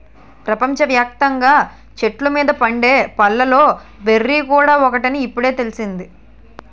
ప్రపంచ వ్యాప్తంగా చెట్ల మీద పండే పళ్ళలో బెర్రీ కూడా ఒకటని ఇప్పుడే తెలిసింది